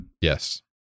Yes